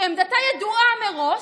שעמדתה ידועה מראש,